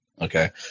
Okay